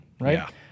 Right